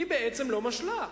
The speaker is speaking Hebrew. היא בעצם לא משלה.